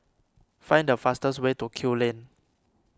find the fastest way to Kew Lane